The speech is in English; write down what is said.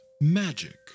magic